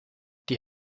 die